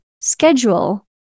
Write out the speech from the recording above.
schedule